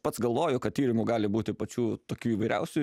pats galvoju kad tyrimų gali būti pačių tokių įvairiausių